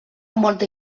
molta